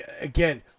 Again